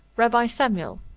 rabbi samuel!